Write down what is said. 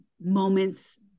moments